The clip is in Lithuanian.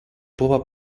buvo